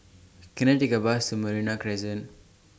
Can I Take A Bus to Merino Crescent